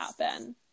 happen